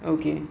okay